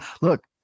Look